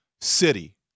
city